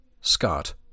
Scott